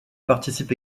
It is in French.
participe